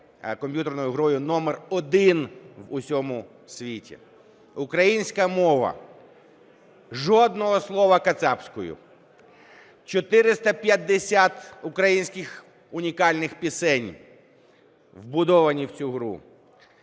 комп'ютерною грою номер один в усьому світі. Українська мова, жодного слова кацапською, 450 українських унікальних пісень вбудовані в цю гру.